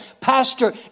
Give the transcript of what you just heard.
pastor